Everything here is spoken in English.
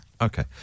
Okay